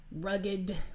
rugged